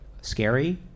scary